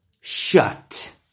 shut